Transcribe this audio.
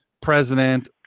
president